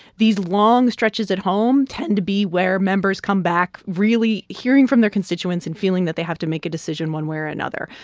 these long stretches at home tend to be where members come back really hearing from their constituents and feeling that they have to make a decision one way or another.